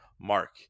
Mark